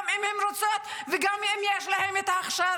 גם אם הן רוצות וגם אם יש להן ההכשרה?